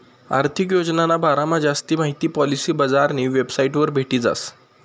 आर्थिक योजनाना बारामा जास्ती माहिती पॉलिसी बजारनी वेबसाइटवर भेटी जास